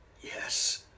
yes